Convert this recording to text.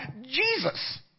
Jesus